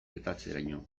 gertatzeraino